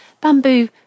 bamboo